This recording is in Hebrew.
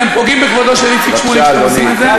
אתם פוגעים בכבודו של איציק שמולי כשאתם עושים את זה.